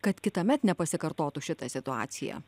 kad kitąmet nepasikartotų šita situacija